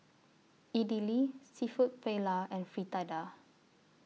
Idili Seafood Paella and Fritada